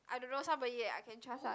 I don't know somebody that I can trust ah